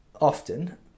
often